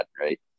right